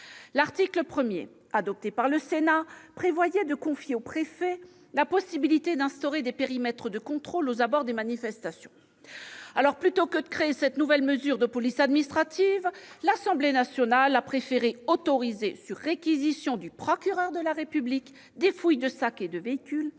L'article 1 adopté par le Sénat prévoyait de confier au préfet la possibilité d'instaurer des périmètres de contrôle aux abords des manifestations. Plutôt que de créer cette nouvelle mesure de police administrative, l'Assemblée nationale a préféré autoriser, sur réquisitions du procureur de la République, des fouilles de sacs et de véhicules,